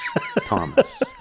Thomas